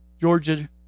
Georgia